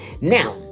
Now